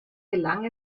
gelang